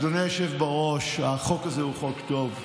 אדוני היושב בראש, החוק הזה הוא חוק טוב.